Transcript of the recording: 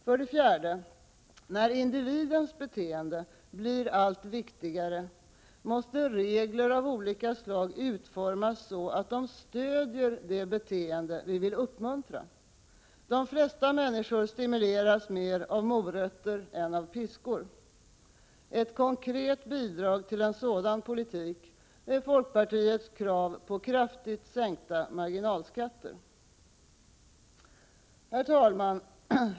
För det fjärde: När individens beteende blir allt viktigare måste regler av olika slag utformas så, att de stödjer det beteende vi vill uppmuntra. De flesta människor stimuleras mer av morötter än av piskor. Ett konkret bidrag till en sådan politik är folkpartiets krav på en kraftig sänkning av marginalskatterna. Herr talman!